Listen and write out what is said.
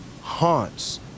haunts